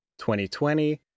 2020